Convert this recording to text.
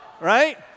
right